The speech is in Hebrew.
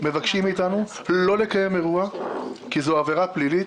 מבקשת מאיתנו לא לקיים אירוע כי זה עבירה פלילית.